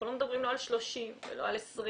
אנחנו לא מדברים לא על 30 ולא על 20,